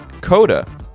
Coda